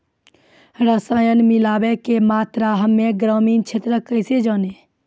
रसायन मिलाबै के मात्रा हम्मे ग्रामीण क्षेत्रक कैसे जानै?